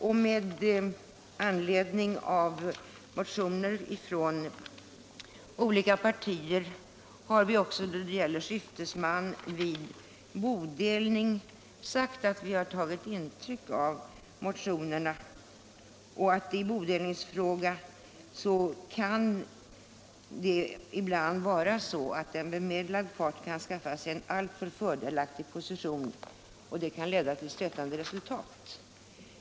Då det gäller skiftesman vid bodelning har vi uttalat att vi har tagit intryck av motionerna och att det i en bodelningsfråga ibland kan vara så att en bemedlad part kan skaffa sig en alltför fördelaktig position, vilket kan leda till stötande resultat.